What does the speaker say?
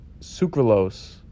Sucralose